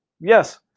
Yes